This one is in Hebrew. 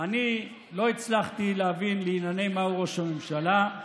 אני לא הצלחתי להבין לענייני מה הוא ראש הממשלה.